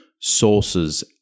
sources